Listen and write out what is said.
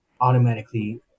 automatically